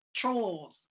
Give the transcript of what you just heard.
trolls